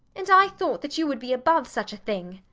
and i thought that you would be above such a thing.